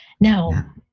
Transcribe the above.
now